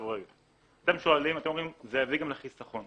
אתם אומרים, זה יביא גם לחיסכון.